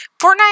fortnite